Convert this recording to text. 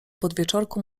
podwieczorku